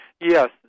Yes